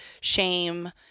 shame